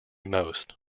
most